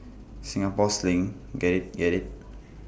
Singapore sling get IT get IT